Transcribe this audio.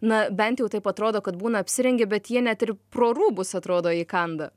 na bent jau taip atrodo kad būna apsirengi bet jie net ir pro rūbus atrodo įkanda